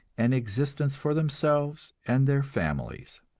an existence for themselves and their families.